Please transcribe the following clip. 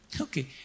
Okay